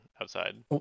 outside